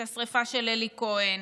את השרפה של אלי כהן,